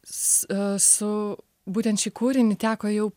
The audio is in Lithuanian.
s esu būtent šį kūrinį teko jau